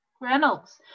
Reynolds